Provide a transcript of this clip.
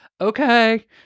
Okay